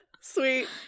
Sweet